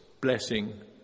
blessing